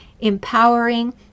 empowering